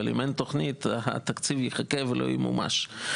אבל אם אין תוכנית התקציב יחכה ולא ימומש.